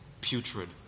putrid